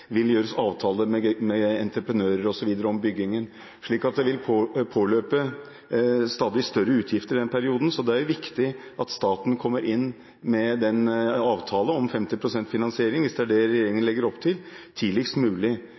vil gjøres avtaler med entreprenører osv. om byggingen. Det vil påløpe stadig større utgifter i denne perioden, så det er viktig at staten kommer inn med en avtale om 50 pst. finansiering – hvis det er det regjeringen legger opp til – tidligst mulig.